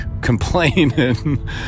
complaining